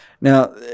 Now